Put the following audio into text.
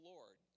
Lord